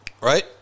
right